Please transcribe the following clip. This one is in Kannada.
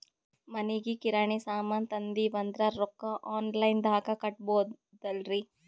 ಮನಿಗಿ ಕಿರಾಣಿ ಸಾಮಾನ ತಂದಿವಂದ್ರ ರೊಕ್ಕ ಆನ್ ಲೈನ್ ದಾಗ ಕೊಡ್ಬೋದಲ್ರಿ?